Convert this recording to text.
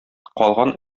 калган